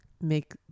make